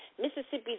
Mississippi's